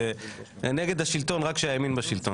שנגד השלטון רק כשהימין בשלטון,